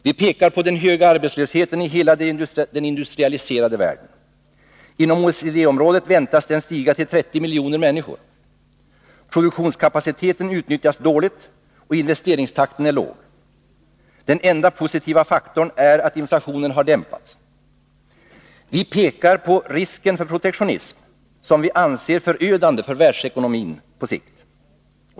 Vi pekar på den höga arbetslösheten i hela den industrialiserade världen. Inom OECD-området väntas den stiga till 30 miljoner människor. Produktionskapaciteten utnyttjas dåligt, och investeringstakten är låg. Den enda positiva faktorn är att inflationen dämpats. Vi pekar på risken för protektionism, som vi anser förödande för världsekonomin på sikt.